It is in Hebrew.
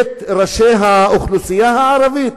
את ראשי האוכלוסייה הערבית?